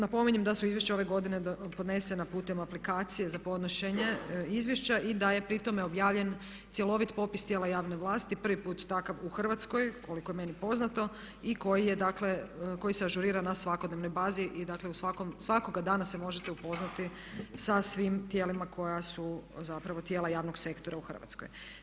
Napominjem da su izvješća ove godine podnesena putem aplikacije za podnošenje izvješća i da je pri tome objavljen cjelovit popis tijela javne vlasti prvi put takav u Hrvatskoj koliko je meni poznato i koji je, dakle koji se ažurira na svakodnevnoj bazi i dakle svakoga dana se možete upoznati sa svim tijelima koja su zapravo tijela javnog sektora u Hrvatskoj.